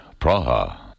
Praha